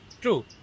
True